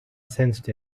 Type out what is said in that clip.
sensed